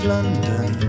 London